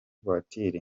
voiture